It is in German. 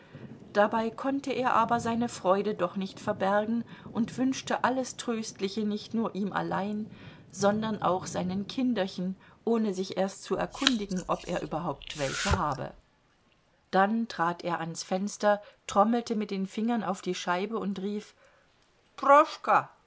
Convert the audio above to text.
dabei konnte er aber seine freude doch nicht verbergen und wünschte alles tröstliche nicht nur ihm allein sondern auch seinen kinderchen ohne sich erst zu erkundigen ob er überhaupt welche habe dann trat er ans fenster trommelte mit den fingern auf die scheibe und rief